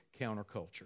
counterculture